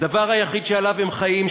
הדבר היחיד שעליו הם חיים,